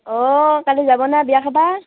অঁ কালি যাব নে বিয়া খাব